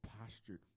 postured